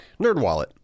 NerdWallet